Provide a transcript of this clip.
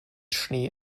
schnee